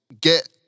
get